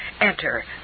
enter